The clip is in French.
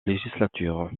législature